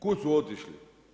Kud su otišli?